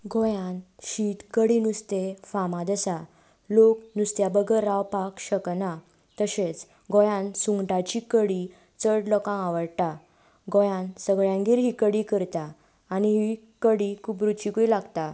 गोंयांत शीत कडी नुस्तें फामाद आसा लोक नुस्त्या बगर रावपाक शकना तशेंच गोंयांत सुंगटांची कडी चड लोकांक आवडटा गोंयांत सगळ्यांगेर ही कडी करता आनी ही कडी खूब रुचीकूय लागता